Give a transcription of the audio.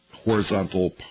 horizontal